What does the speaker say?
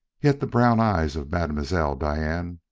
yet the brown eyes of mam'selle diane,